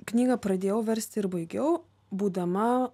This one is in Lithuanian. knygą pradėjau versti ir baigiau būdama